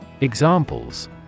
Examples